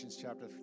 Chapter